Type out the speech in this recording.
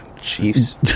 Chiefs